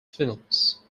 films